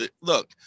look